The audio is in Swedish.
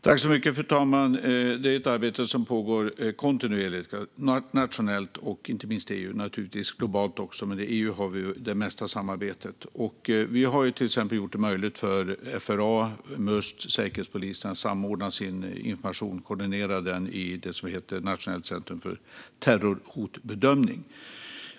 Fru talman! Det är ett arbete som pågår kontinuerligt, nationellt och inte minst i EU. Det pågår naturligtvis också globalt, men vi samarbetar mest i EU. Vi har till exempel gjort det möjligt för FRA, Must och Säkerhetspolisen att samordna sin information och koordinera den i det som heter Nationellt centrum för terrorhotbedömning.